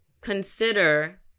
consider